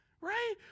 right